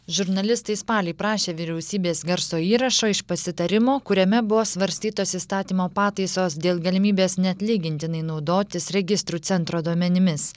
žurnalistai spalį prašė vyriausybės garso įrašo iš pasitarimo kuriame buvo svarstytos įstatymo pataisos dėl galimybės neatlygintinai naudotis registrų centro duomenimis